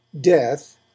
Death